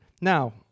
Now